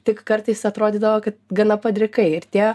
tik kartais atrodydavo kad gana padrikai ir tie